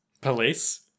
Police